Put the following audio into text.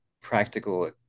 practical